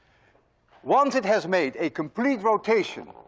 once it has made a complete rotation,